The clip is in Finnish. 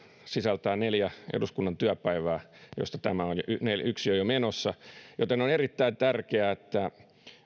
sisältää enää neljä eduskunnan työpäivää joista tämä yksi on jo menossa joten on erittäin tärkeää että